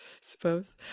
suppose